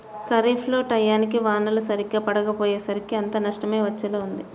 ఖరీఫ్ లో టైయ్యానికి వానలు సరిగ్గా పడకపొయ్యేసరికి అంతా నష్టమే వచ్చేలా ఉంది